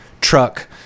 truck